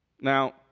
Now